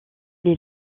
les